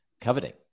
coveting